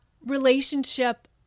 relationship